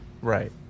Right